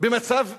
במצב מצוין.